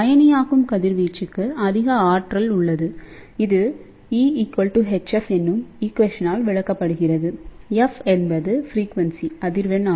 அயனியாக்கும் கதிர்வீச்சுக்கு அதிக ஆற்றல் கொண்டது இது E hf என்னும் சமன்பாட்டால் விளக்கப்படுகிறதுf என்பது அதிர்வெண்